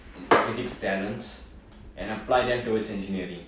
physics talents and apply them towards engineering